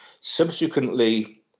Subsequently